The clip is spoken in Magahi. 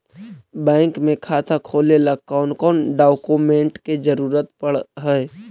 बैंक में खाता खोले ल कौन कौन डाउकमेंट के जरूरत पड़ है?